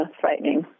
frightening